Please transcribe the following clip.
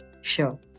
Sure